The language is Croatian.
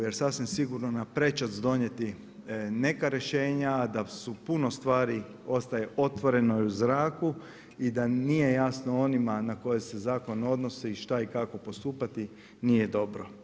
Jer sasvim sigurno na prečac donijeti neka rješenja a da puno stvari ostaje otvoreno i u zraku i da nije jasno onima na koje se zakon odnosi i šta i kako postupati nije dobro.